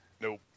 Nope